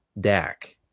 DAC